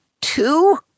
two